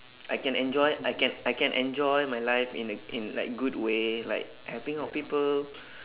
I can enjoy I can I can enjoy my life in a in like good way like helping out people